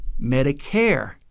Medicare